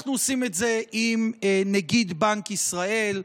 אנחנו עושים את זה עם נגיד בנק ישראל,